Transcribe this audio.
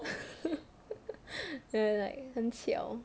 then like 很巧